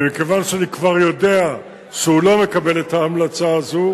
ומכיוון שאני כבר יודע שהוא לא מקבל את ההמלצה הזו,